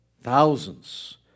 Thousands